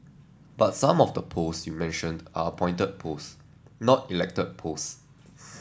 but some of the posts you mentioned are appointed posts not elected posts